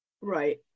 Right